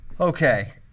Okay